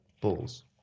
balls